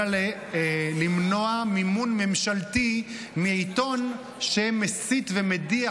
אלא למנוע מימון ממשלתי מעיתון שמסית ומדיח